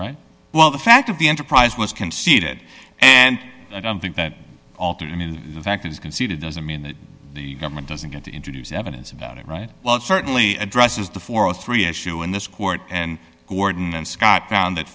right well the fact of the enterprise was conceded and i don't think that alter the fact is conceded doesn't mean that the government doesn't introduce evidence about it right well it certainly addresses the forty three issue in this court and gordon and scott brown that